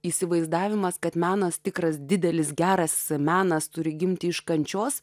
įsivaizdavimas kad menas tikras didelis geras menas turi gimti iš kančios